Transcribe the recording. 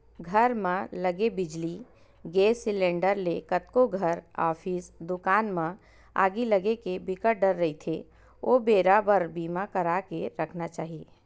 घर म लगे बिजली, गेस सिलेंडर ले कतको घर, ऑफिस, दुकान मन म आगी लगे के बिकट डर रहिथे ओ बेरा बर बीमा करा के रखना चाही